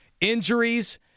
injuries